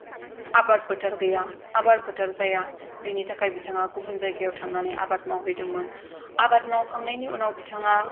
आबाद फोथार गैया आबाद फोथार जाया बेनि थाखाय बिथाङा गुबुन जायगायाव थांनानै आबाद मावहैदोंमोन आबाद मावखांनायनि उनाव बिथाङा